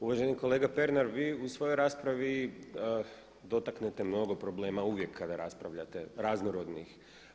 Uvaženi kolega Pernar vi u svojoj raspravi dotaknete mnogo problema uvijek kada raspravljate, raznorodnih.